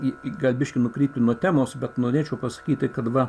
į gal biškį nukryptum nuo temos bet norėčiau pasakyti kad va